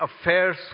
affairs